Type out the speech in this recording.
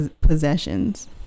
possessions